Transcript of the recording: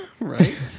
Right